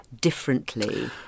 differently